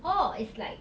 oh it's like